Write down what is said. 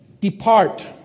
depart